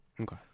Okay